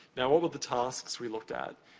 now, what were the tasks we looked at?